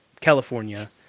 California